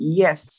yes